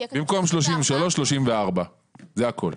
שיהיה כתוב 34%. במקום 33 יהיה 34. זה הכול.